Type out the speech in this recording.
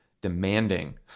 demanding